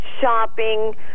shopping